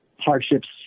hardships